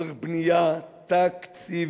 צריך בנייה תקציבית.